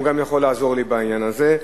הוא גם יכול לעזור לי בעניין הזה.